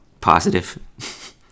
positive